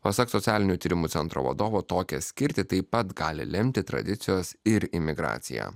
pasak socialinių tyrimų centro vadovo tokią skirtį taip pat gali lemti tradicijos ir imigracija